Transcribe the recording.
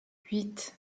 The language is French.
huit